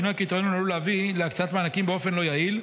שינוי הקריטריון עלול להביא להקצאת מענקים באופן לא יעיל,